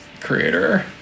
creator